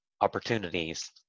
opportunities